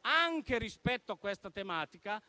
anche rispetto a questa tematica,